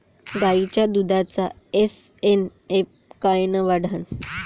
गायीच्या दुधाचा एस.एन.एफ कायनं वाढन?